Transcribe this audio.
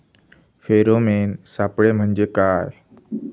Pheromone सापळे म्हंजे काय?